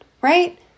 right